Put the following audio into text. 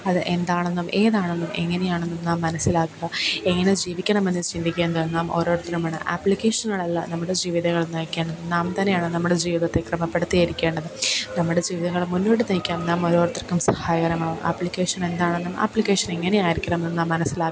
അത് എന്താണെന്നും ഏതാണെന്നും എങ്ങനെയാണെന്നും നാം മനസ്സിലാക്കുക എങ്ങനെ ജീവിക്കണമെന്ന് ചിന്തിക്കേണ്ടത് നാം ഓരോരുത്തരുമാണ് ആപ്പ്ളിക്കഷന്കൾ അല്ല നമ്മുടെ ജീവിതങ്ങൾ നയിക്കേണ്ടത് നാം തന്നെയാണ് നമ്മുടെ ജീവിതത്തെ ക്രമപ്പെടുത്തി എടുക്കേണ്ടത് നമ്മുടെ ജീവിതങ്ങൾ മുന്നോട്ട് നയിക്കാൻ നാം ഒരോരുത്തർക്കും സഹായകരമാവും ആപ്പ്ലിക്കേഷൻ എന്താണെന്നും ആപ്പ്ലിക്കേഷൻ എങ്ങനെ ആയിരിക്കണമെന്നും നാം മനസ്സിലാക്കണം